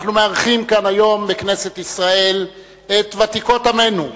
אנחנו מארחים כאן היום בכנסת ישראל את ותיקות עמנו,